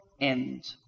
end